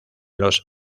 los